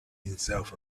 himself